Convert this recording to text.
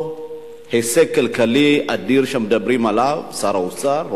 הישג כלכלי אדיר שמדברים עליו שר האוצר,